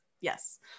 Yes